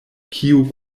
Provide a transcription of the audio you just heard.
kiu